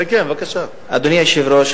אדוני היושב-ראש,